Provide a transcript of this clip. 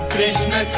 Krishna